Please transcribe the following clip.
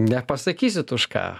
nepasakysit už ką